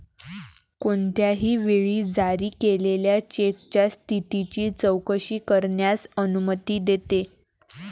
कोणत्याही वेळी जारी केलेल्या चेकच्या स्थितीची चौकशी करण्यास अनुमती देते